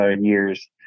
years